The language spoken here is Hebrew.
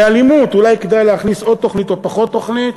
באלימות אולי כדי להכניס עוד תוכנית או פחות תוכנית.